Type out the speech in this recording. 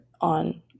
on